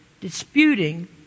disputing